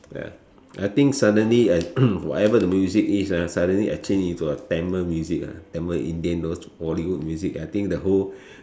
ya I think suddenly I whatever the music is ah suddenly I change into a Tamil music ah Tamil Indian those bollywood music I think the whole